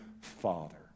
father